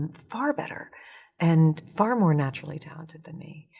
far better and far more naturally talented than me.